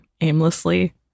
aimlessly